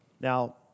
Now